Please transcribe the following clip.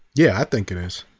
yeah, i think it is.